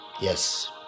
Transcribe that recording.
yes